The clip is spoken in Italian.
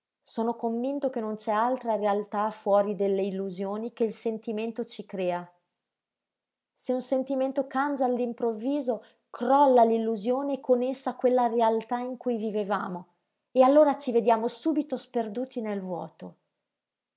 sono convinto che non c'è altra realtà fuori delle illusioni che il sentimento ci crea se un sentimento cangia all'improvviso crolla l'illusione e con essa quella realtà in cui vivevamo e allora ci vediamo subito sperduti nel vuoto